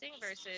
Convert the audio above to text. versus